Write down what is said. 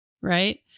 right